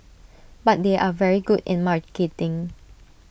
but they are very good in marketing